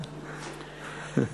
מאריה מתנה חמש דקות.